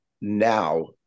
now